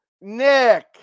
Nick